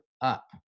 up